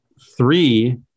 Three